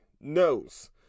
knows